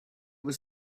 was